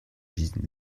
жизнь